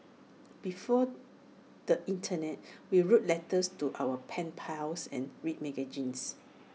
before the Internet we wrote letters to our pen pals and read magazines